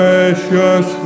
Precious